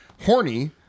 Horny